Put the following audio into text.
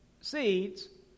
seeds